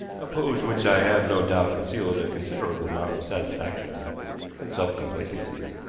a pose which i have no doubt concealed a considerable amount of satisfaction and self-complacency.